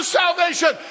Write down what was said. salvation